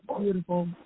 beautiful